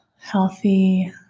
healthy